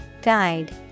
Guide